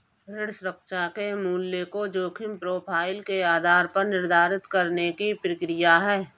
ऋण सुरक्षा के मूल्य को जोखिम प्रोफ़ाइल के आधार पर निर्धारित करने की प्रक्रिया है